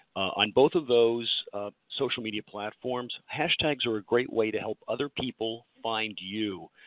on both of those social media platforms, hashtags are a great way to help other people find you.